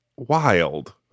Wild